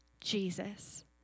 Jesus